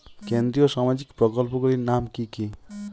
কেন্দ্রীয় সামাজিক প্রকল্পগুলি নাম কি কি?